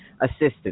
assistant